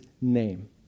name